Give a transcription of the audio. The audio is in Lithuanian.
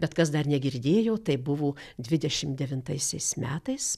bet kas dar negirdėjo tai buvo dvidešim devintaisiais metais